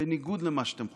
בניגוד למה שאתם חושבים,